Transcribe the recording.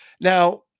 Now